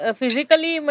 physically